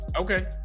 okay